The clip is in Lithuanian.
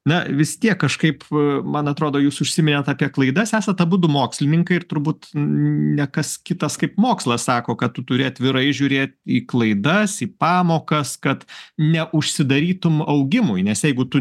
na vis tiek kažkaip man atrodo jūs užsiminėt apie klaidas esat abudu mokslininkai ir turbūt ne kas kitas kaip mokslas sako kad tu turi atvirai žiūrėt į klaidas į pamokas kad neužsidarytum augimui nes jeigu tu